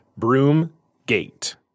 Broomgate